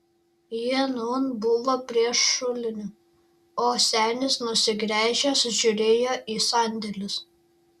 ji nūn buvo prie šulinio o senis nusigręžęs žiūrėjo į sandėlius